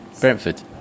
Brentford